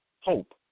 Hope